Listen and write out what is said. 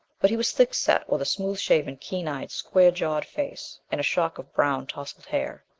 but he was thick-set, with a smooth-shaven, keen-eyed, square-jawed face and a shock of brown tousled hair.